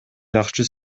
жакшы